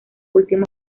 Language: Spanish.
últimos